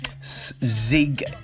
Zig